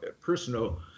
personal